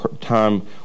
time